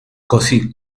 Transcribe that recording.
così